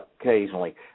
occasionally